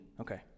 Okay